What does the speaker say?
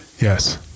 Yes